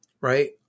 right